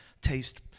taste